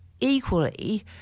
equally